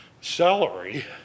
celery